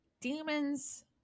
Demons